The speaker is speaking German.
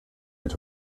mit